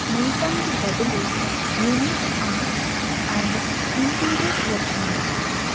మిల్టన్కి బదులు unique arts and interiors వచ్చింది